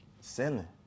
selling